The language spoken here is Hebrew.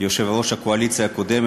יושב-ראש הקואליציה הקודמת,